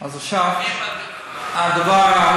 זה שהוא לא לוחם בכלל.